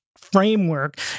framework